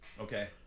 Okay